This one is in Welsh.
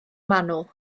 manwl